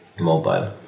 mobile